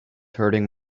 hurting